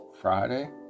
Friday